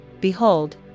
behold